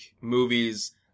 movies